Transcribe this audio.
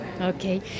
Okay